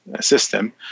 system